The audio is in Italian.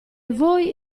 voi